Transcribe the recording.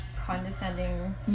condescending